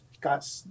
got